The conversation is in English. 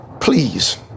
please